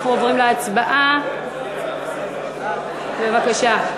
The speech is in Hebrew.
אנחנו עוברים להצבעה, בבקשה.